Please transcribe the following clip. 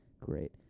Great